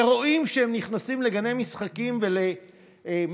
ורואים שהם נכנסים לגני משחקים ולמגרשים